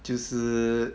就是